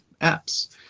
apps